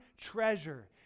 treasure